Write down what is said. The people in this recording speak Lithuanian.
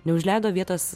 neužleido vietos